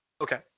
Okay